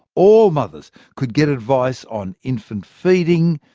all mothers could get advice on infant feeding,